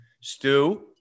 Stu